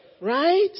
Right